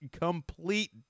complete